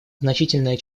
значительное